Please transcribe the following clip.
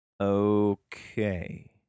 Okay